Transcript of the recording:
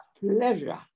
pleasure